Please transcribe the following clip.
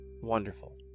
wonderful